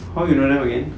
how you know them again